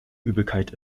übelkeit